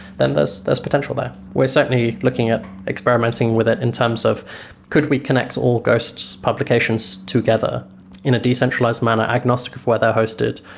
then there's there's potential there we're certainly looking at experimenting with it in terms of could we connect all ghost's publications together in a decentralized manner, agnostic for where they're hosted,